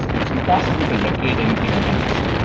it's impossible to locate anything of interest.